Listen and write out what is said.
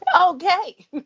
Okay